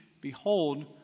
behold